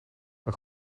een